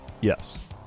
Yes